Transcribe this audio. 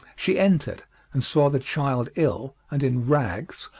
she entered and saw the child ill and in rags,